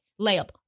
Layup